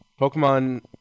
pokemon